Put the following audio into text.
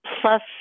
plus